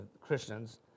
Christians